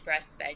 breastfed